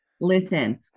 listen